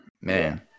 man